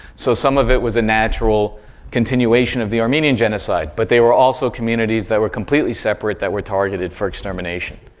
so, some of it was a natural continuation of the armenian genocide, but they were also communities that were completely separate that were targeted for extermination.